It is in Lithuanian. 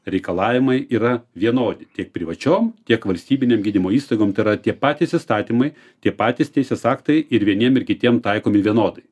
reikalavimai yra vienodi tiek privačiom tiek valstybinėm gydymo įstaigom tai yra tie patys įstatymai tie patys teisės aktai ir vieniem ir kitiem taikomi vienodai